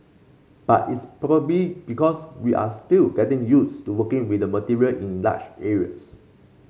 but it's probably because we are still getting used to working with the material in large areas